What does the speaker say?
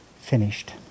finished